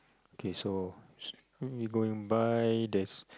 K so we going by there's